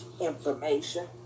information